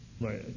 right